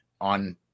on